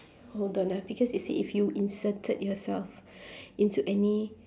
hold on ah because it say if you inserted yourself into any